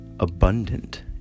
Abundant